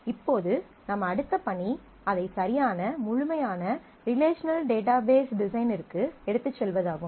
இப்போது நம் அடுத்த பணி அதை சரியான முழுமையான ரிலேஷனல் டேட்டாபேஸ் டிசைனிற்கு எடுத்துச் செல்வதாகும்